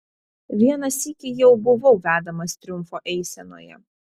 vieną sykį jau buvau vedamas triumfo eisenoje